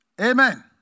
Amen